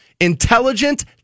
intelligent